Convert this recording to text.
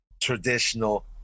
traditional